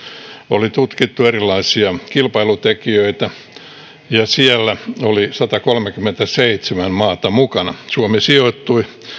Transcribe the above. oli tutkittu erilaisia kilpailutekijöitä ja siellä oli satakolmekymmentäseitsemän maata mukana suomi sijoittui